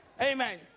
Amen